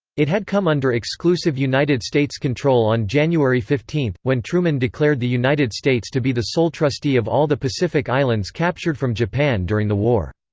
it had come under exclusive united states control on january fifteen, when truman declared the united states to be the sole trustee of all the pacific islands captured from japan during the war.